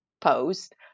post